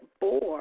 bored